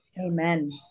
amen